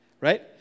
right